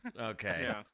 okay